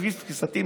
לפי תפיסתי,